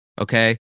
okay